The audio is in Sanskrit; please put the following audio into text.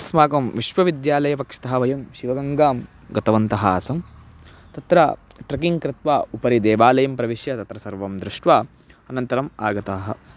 अस्माकं विश्वविद्यालयपक्षतः वयं शिवगङ्गां गतवन्तः आसम् तत्र ट्रेकिङ्ग् कृत्वा उपरि देवालयं प्रविश्य तत्र सर्वं दृष्ट्वा अनन्तरम् आगताः